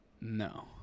no